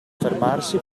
fermarsi